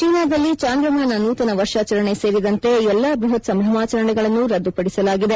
ಚೀನಾದಲ್ಲಿ ಚಾಂದ್ರಮಾನ ನೂತನ ವರ್ಷಾಚರಣೆ ಸೇರಿದಂತೆ ಎಲ್ಲಾ ಬ್ಬಹತ್ ಸಂಭ್ರಮಾಚರಣೆಗಳನ್ನು ರದ್ದುಪಡಿಸಲಾಗಿದೆ